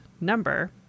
number